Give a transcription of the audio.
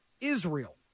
Israel